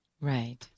Right